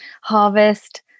harvest